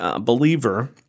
believer